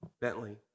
Bentley